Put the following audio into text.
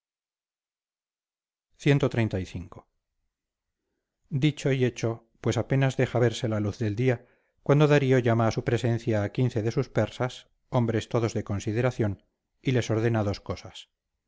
cxxxv dicho y hecho pues apenas deja verse la luz del día cuando darío llama a su presencia a quince de sus persas hombres todos de consideración y les ordena dos cosas